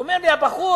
אומר לי הבחור: